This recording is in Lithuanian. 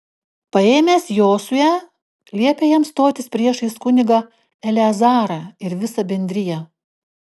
paėmęs jozuę liepė jam stotis priešais kunigą eleazarą ir visą bendriją